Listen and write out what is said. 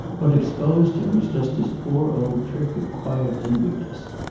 what exposed him was just his poor old trick of quiet inwardness,